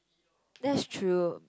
that's through